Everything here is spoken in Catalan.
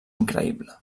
increïble